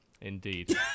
Indeed